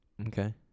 Okay